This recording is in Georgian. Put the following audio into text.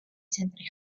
ცენტრი